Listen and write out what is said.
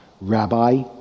Rabbi